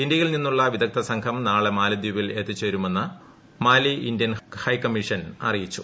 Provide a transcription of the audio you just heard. ഇന്ത്യിൽ നിന്നുളള വിദഗ്ധ സംഘം നാളെ മാലദ്വീപിൽ എത്തിച്ചേർുമെന്ന് മാലി ഇന്ത്യൻ ഹൈക്കമ്മീഷൻ അറിയിച്ചു